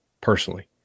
personally